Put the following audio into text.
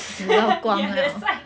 ya that's why